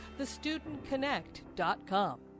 TheStudentConnect.com